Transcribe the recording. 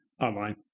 Online